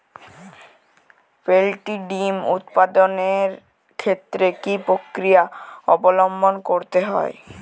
Poultry ডিম উৎপাদনের ক্ষেত্রে কি পক্রিয়া অবলম্বন করতে হয়?